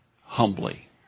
humbly